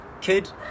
kid